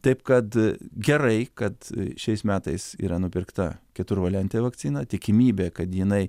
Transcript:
taip kad gerai kad šiais metais yra nupirkta keturvalentė vakcina tikimybė kad jinai